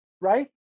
right